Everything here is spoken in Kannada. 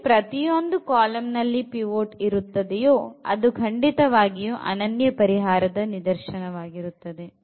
ಎಲ್ಲಿ ಪ್ರತಿಯೊಂದು ಕಾಲಂ ನಲ್ಲಿ ಪಿವೊಟ್ ಇರುತ್ತದೆಯೋ ಅದು ಖಂಡಿತವಾಗಿಯೂ ಅನನ್ಯ ಪರಿಹಾರದ ನಿದರ್ಶನ ವಾಗಿರುತ್ತದೆ